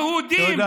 יהודים,